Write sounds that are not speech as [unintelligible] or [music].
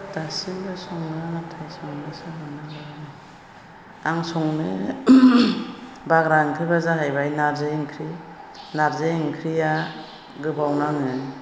दासिमबो सङो नाथाय [unintelligible] आं संनो बाग्रा ओंख्रिफ्रा जाहैबाय नारजि ओंख्रि नारजि ओंख्रिया गोबाव नाङो